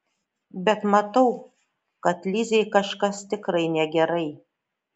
bet matau kad lizei kažkas tikrai negerai